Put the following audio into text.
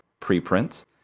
preprint